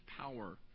power